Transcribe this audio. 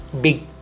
big